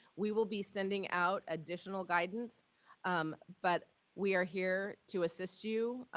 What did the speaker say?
we will be sending out additional guidance um but we are here to assist you.